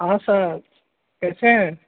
हँ सर कैसे हैं